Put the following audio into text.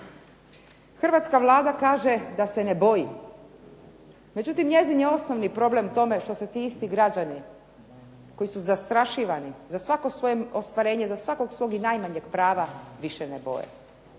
Hrvatska Vlada kaže da se ne boji, međutim njezin je osnovni problem u tome što se ti isti građani koji su zastrašivani za svako ostvarenje, za svakog svog i najmanjeg prava više ne boje.